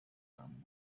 them